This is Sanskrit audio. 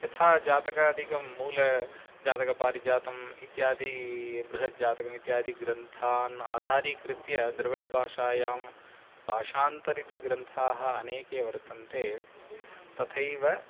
यथा जातकादिकं मूलं जातकपारिजातम् इत्यादि बृहज्जातकमित्यादि ग्रन्थान् आधारीकृत्य द्रविडभाषायां भाषान्तरितग्रन्थाः अनेके वर्तन्ते तथैव